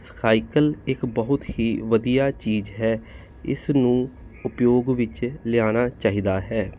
cycle ਇੱਕ ਬਹੁਤ ਹੀ ਵਧੀਆ ਚੀਜ਼ ਹੈ ਇਸ ਨੂੰ ਉਪਯੋਗ ਵਿੱਚ ਲਿਆਉਣਾ ਚਾਹੀਦਾ ਹੈ